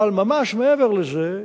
אבל ממש מעבר לזה,